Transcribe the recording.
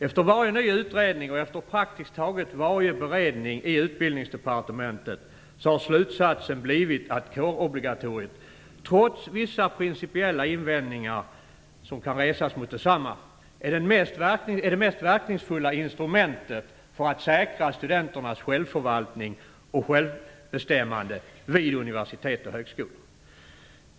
Efter varje ny utredning och efter praktiskt taget varje beredning i Utbildningsdepartementet har slutsatsen blivit att kårobligatoriet, trots vissa principiella invändningar som kan resas mot detsamma, är det mest verkningsfulla instrumentet för att säkra studenternas självförvaltning och självbestämmande vid universitet och högskolor.